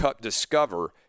discover